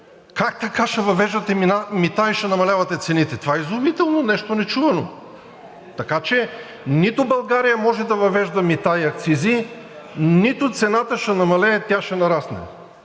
Как така ще въвеждате мита и ще намалявате цените? Това е изумително, нещо нечувано! Така че нито България може да въвежда мита и акцизи, нито цената ще намалее, тя ще нарасне!